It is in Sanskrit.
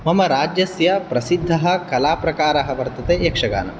मम राज्यस्य प्रसिद्धः कलाप्रकारः वर्तते यक्षगानम्